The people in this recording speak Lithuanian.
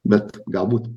bet galbūt